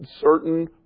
certain